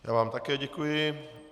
Já vám také děkuji.